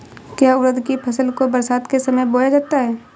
क्या उड़द की फसल को बरसात के समय बोया जाता है?